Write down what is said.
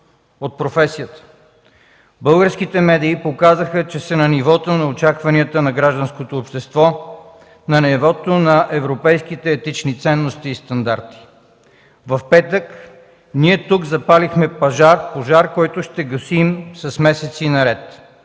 от професията. Българските медии показаха, че са на нивото на очакванията на гражданското общество, на нивото на европейските етични ценности и стандарти. В петък ние запалихме пожар, който ще гасим месеци наред.